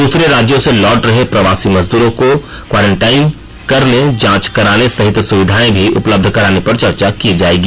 दूसरे राज्यों से लौट रहे प्रवासी मजदूरों को क्वारेंटाइन करने जांच कराने सहित सुविधाएं भी उपलब्ध कराने पर चर्चा की जायेगी